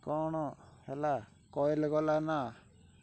କ'ଣ ହେଲା କୋଇଲ ଗଲାନା